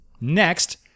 next